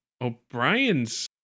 O'Brien's